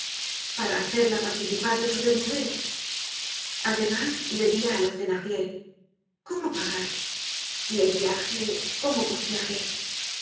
para hacerla participar de su desnudez además debia á los thenardier cómo pagar y el viaje cómo costearle